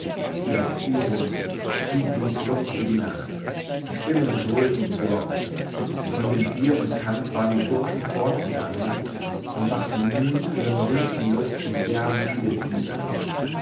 ü plump pump in die nacht stimmen gröhlten im dorf von dem bier und tanz waren die burschen fortgegangen und machten nun ihren wünschen luft in derben liebesliedern